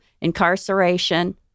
incarceration